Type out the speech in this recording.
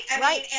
Right